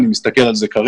אני מסתכל על זה כרגע